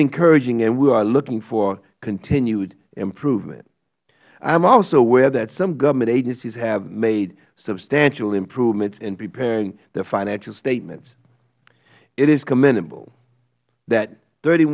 encouraging and we are looking for continued improvement i am also aware that some government agencies have made substantial improvements in preparing their financial statements it is commendable that thirty